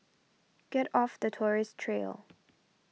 get off the tourist trail